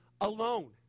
alone